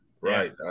Right